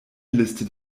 liste